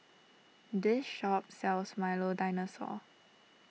this shop sells Milo Dinosaur